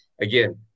again